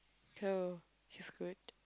oh he's good